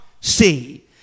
see